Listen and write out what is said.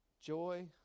joy